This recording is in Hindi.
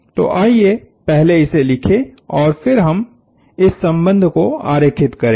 तो आइए पहले इसे लिखें और फिर हम इस संबंध को आरेखित करेंगे